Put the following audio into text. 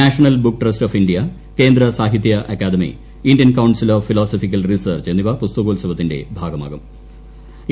national book trust of India Kendra Sahitya Akademi Indian council of philosophical research എന്നിവ പുസ്തകോത്സവത്തിന്റെ ഭാഗമാകും